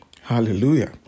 Hallelujah